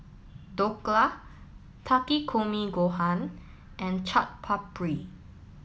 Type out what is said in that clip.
Dhokla Takikomi Gohan and Chaat Papri